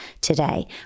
today